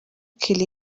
kelly